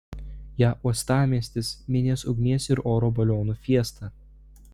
ją uostamiestis minės ugnies ir oro balionų fiesta